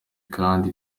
kandi